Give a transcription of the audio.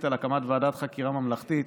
על הקמת ועדת חקירה ממלכתית,